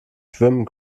schwimmen